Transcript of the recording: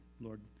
Lord